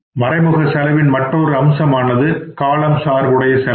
மறைமுக செலவின் மற்றுமொரு அம்சமானது காலம் சார்புடையது செலவுகள்